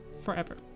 forever